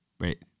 Wait